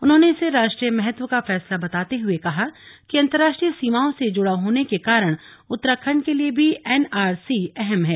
उन्होंने इसे राष्ट्रीय महत्व का फैसला बताते हुए कहा कि अंतरराष्ट्रीय सीमाओं से जुड़ा होने के कारण उत्तराखंड के लिए भी एनआरसी अहम है